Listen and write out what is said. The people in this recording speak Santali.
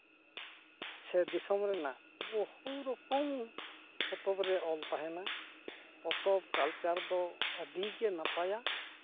ᱥᱮ ᱫᱤᱥᱚᱢ ᱨᱮᱱᱟᱜ ᱵᱚᱦᱩ ᱨᱚᱠᱚᱢ ᱯᱚᱛᱚᱵ ᱨᱮ ᱚᱞ ᱛᱟᱦᱮᱱᱟ ᱯᱚᱛᱚᱵ ᱠᱟᱞᱪᱟᱨ ᱫᱚ ᱟᱹᱰᱤ ᱜᱮ ᱱᱟᱯᱟᱭᱟ